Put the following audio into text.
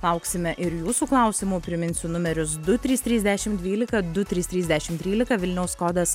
lauksime ir jūsų klausimų priminsiu numerius du trys trys dešim dvylika du trys trys dešim trylika vilniaus kodas